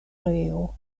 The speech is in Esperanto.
areo